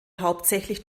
hauptsächlich